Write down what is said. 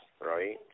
right